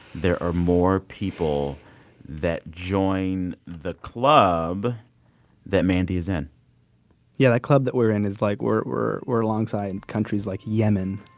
there are more people that join the club that mandy's in yeah, that club that we're in is like we're we're alongside countries like yemen.